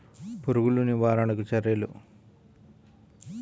పురుగులు నివారణకు చర్యలు?